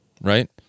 right